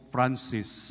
Francis